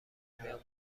میان